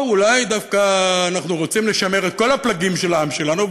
או אולי דווקא אנחנו רוצים לשמר את כל הפלגים של העם שלנו?